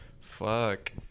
Fuck